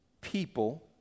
people